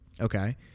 Okay